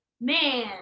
man